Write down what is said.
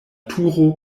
turo